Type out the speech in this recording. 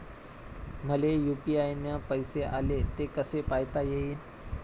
मले यू.पी.आय न पैसे आले, ते कसे पायता येईन?